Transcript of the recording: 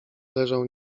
leżał